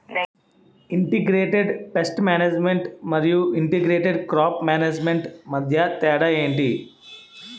integrated pest management మరియు integrated crop management మధ్య తేడా ఏంటి